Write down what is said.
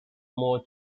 more